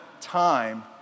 time